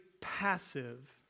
passive